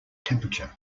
temperature